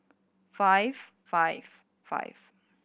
five five five